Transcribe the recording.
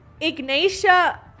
Ignatia